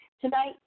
Tonight